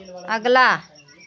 अगला